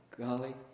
Golly